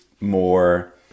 more